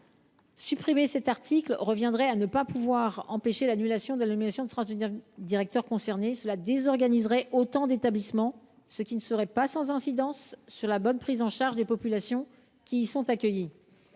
Supprimer cet article reviendrait à ne pas pouvoir empêcher l’annulation de la nomination des trente neuf directeurs concernés. Cela désorganiserait autant d’établissements, ce qui ne serait pas sans incidence sur la bonne prise en charge des populations qui y sont accueillies.